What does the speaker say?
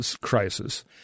crisis